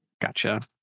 Gotcha